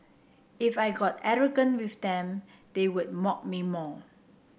if I got arrogant with them they would mock me more